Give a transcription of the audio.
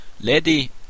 Lady